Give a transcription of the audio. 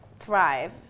thrive